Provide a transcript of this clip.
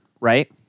right